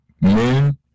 men